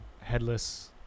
Headless